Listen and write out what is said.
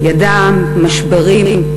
ידע משברים,